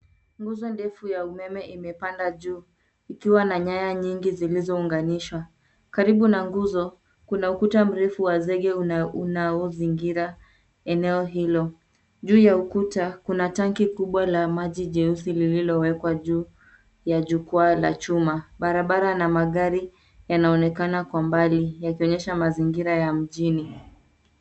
Nguzo ndefu ya umeme imepanda juu ikiwa na nyaya nyingi zilizounganishwa. Karibu na nguzo, kuna ukuta mrefu wa zege unaozingira eneo hilo. Juu ya ukuta, kuna tanki kubwa la maji jeusi lililowekwa juu ya jukwaa la chuma. Barabara na magari yanaonekana kwa mbali yakionyesha mazingira ya mjini.